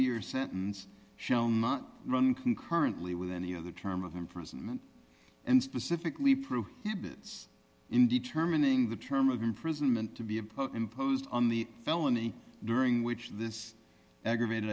years sentence run concurrently with any other term of imprisonment and specifically prohibits in determining the term of imprisonment to be imposed on the felony during which this aggravated